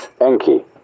Enki